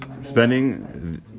spending